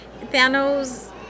Thanos